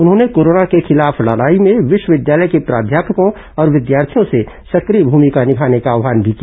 उन्होंने कोरोना के खिलाफ लड़ाई में विश्वविद्यालय के प्राध्यापकों और विद्यार्थियों से सक्रिय भूमिका निभाने का आव्हान भी किया